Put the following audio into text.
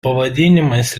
pavadinimas